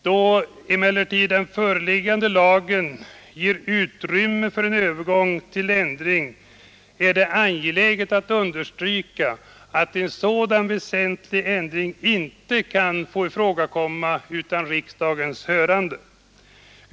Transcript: Då lagförslaget emellertid ger utrymme för en sådan övergång, är det angeläget att understryka att en så väsentlig ändring inte kan få komma i fråga utan riksdagens hörande.